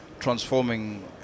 transforming